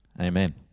Amen